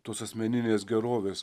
tos asmeninės gerovės